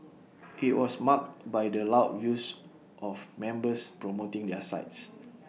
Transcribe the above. IT was marked by the loud views of members promoting their sides